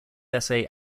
essay